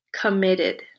committed